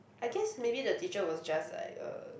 I guess maybe the teacher was just like uh